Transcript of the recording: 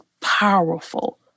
powerful